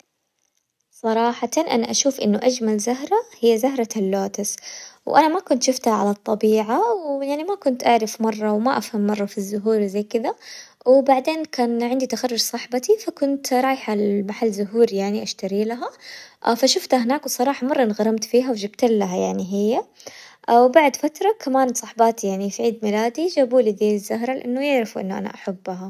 صراحةً أنا أشوف إنه أجمل زهرة هي زهرة اللوتس، وأنا ما كنت شوفتها على الطبيعة ويعني ما كنت أعرف مرة وما أفهم مرة في الزهور اللي زي كذا، وبعدين كان عندي تخرج صاحبتي فكنت رايحة لمحل زهور يعني أشتريلها فشوفتها هناك والصراحة مرة انغرمت فيها وجبتلها يعني هي، وبعد فترة كمان صاحباتي في عيد ميلادي جابولي ذي الزهرة لأنه يعرفوا إنه أنا أحبها.